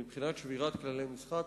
מבחינת שבירת כללי משחק,